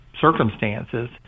circumstances